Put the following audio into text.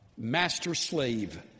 master-slave